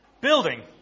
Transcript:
building